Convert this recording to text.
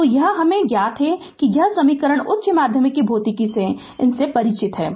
तो यह हमें ज्ञात है कि यह समीकरण उच्च माध्यमिक भौतिकी से इनसे परिचित हैं